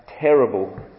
terrible